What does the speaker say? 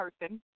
person